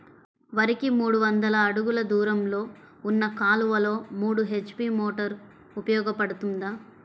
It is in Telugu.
వరికి మూడు వందల అడుగులు దూరంలో ఉన్న కాలువలో మూడు హెచ్.పీ మోటార్ ఉపయోగపడుతుందా?